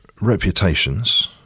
reputations